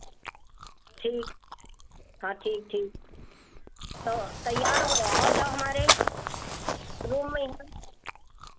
ठीक हाँ ठीक ठीक तैयार हो आओ जाओ हमारे रूम में यहाँ